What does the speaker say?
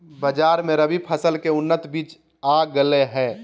बाजार मे रबी फसल के उन्नत बीज आ गेलय हें